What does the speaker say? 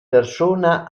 persona